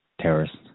Terrorists